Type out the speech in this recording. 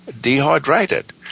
dehydrated